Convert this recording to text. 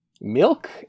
Milk